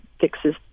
fixes